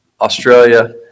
Australia